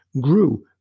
grew